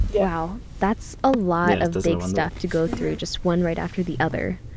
wow. that's a lot of big stuff to go through. just one right after the other.